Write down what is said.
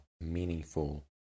meaningful